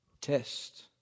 test